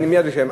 אני מייד מסיים.